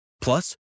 Plus